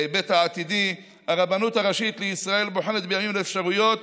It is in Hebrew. בהיבט העתידי הרבנות הראשית לישראל בוחנת בימים אלה אפשרויות